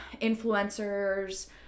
influencers